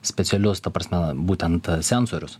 specialius ta prasme būtent sensorius